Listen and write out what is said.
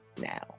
now